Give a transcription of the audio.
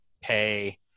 pay